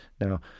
Now